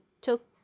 took